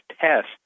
test